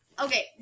Okay